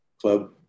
club